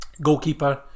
goalkeeper